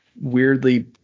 weirdly